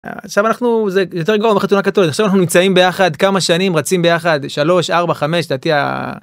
זה יותר גרוע מחתונה קאטולית, עכשיו אנחנו נמצאים ביחד, כמה שנים רצים ביחד שלוש, ארבע, חמש.